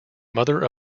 mother